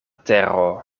tero